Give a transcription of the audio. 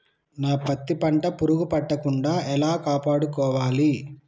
నా పత్తి పంట పురుగు పట్టకుండా ఎలా కాపాడుకోవాలి?